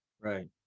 Right